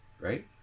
Right